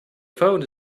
phone